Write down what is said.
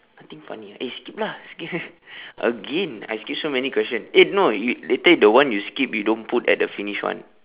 nothing funny eh skip lah skip again I skip so many question eh no you later the one you skip you don't put at the finish one